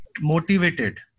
motivated